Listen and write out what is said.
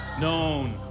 known